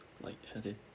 lightheaded